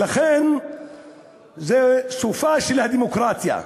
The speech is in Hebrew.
ולכן זה סופה של הדמוקרטיה.